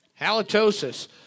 Halitosis